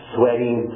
sweating